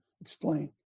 explain